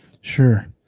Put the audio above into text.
Sure